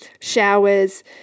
Showers